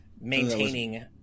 maintaining